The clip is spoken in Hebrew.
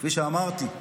כפי שאמרתי,